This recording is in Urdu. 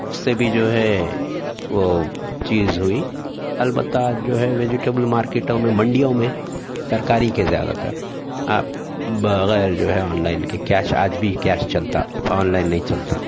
اس سے بھی جو ہے وہ چیز ہوئی البتہ جو ہے ویجٹیبل مارکیٹوں میں منڈیوں میں ترکاری کے زیادہ تر آپ بغیر جو ہے آنلائن کے کیش آج بھی کیش چلتا آنلائن نہیں چلتا